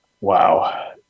Wow